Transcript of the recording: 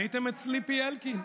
ראיתם את Sleepy אלקין?